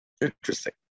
Interesting